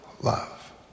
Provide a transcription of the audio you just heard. love